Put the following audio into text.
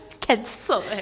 Cancel